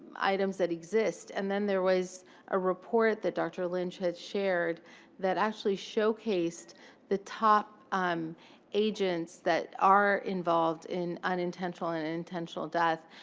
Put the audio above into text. items that exist. and then there was a report that dr. lynch had shared that actually showcased the top um agents that are involved in unintentional and intentional death.